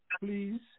please